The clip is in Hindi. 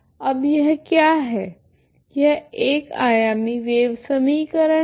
अब यह क्या है यह एक आयामी वेव समीकरण है